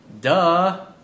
Duh